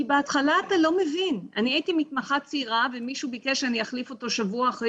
אני הייתי מתמחה צעירה ומישהו ביקש ממני שאני אחליף אותו שבוע אחרי